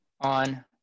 on